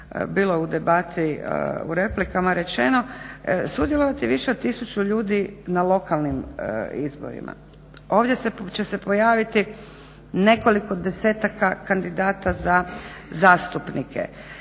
bilo je u debati u replikama rečeno sudjelovati više od tisuću ljudi na lokalnim izborima. Ovdje će se pojaviti nekoliko desetaka kandidata za zastupnike.